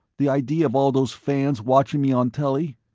the idea of all those fans watching me on telly.